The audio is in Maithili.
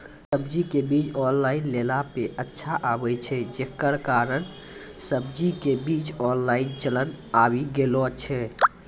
सब्जी के बीज ऑनलाइन लेला पे अच्छा आवे छै, जे कारण सब्जी के बीज ऑनलाइन चलन आवी गेलौ छै?